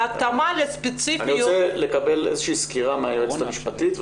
בהתאמה לספציפיות --- אני רוצה לקבל סקירה מהיועצת המשפטית.